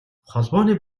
холбооны